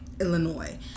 Illinois